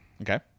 Okay